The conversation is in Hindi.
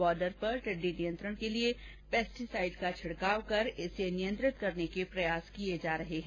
बोर्डर पर टिड़डी नियंत्रण के लिये पेस्टिसाइड का छिडकाव कर इसे नियंत्रण करने के प्रयास किये जा रहे है